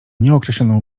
nieokreśloną